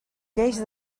lleis